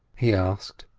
he asked,